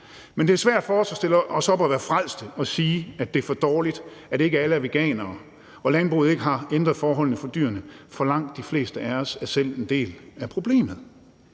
Men det er svært for os at stille os op og være frelste og sige, at det er for dårligt, at ikke alle er veganere og landbruget ikke har ændret forholdene for dyrene, for langt de fleste af os er selv en del af problemet.